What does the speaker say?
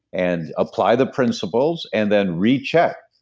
and apply the principles and then recheck,